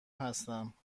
هستم